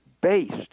based